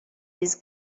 this